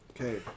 Okay